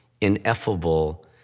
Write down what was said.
ineffable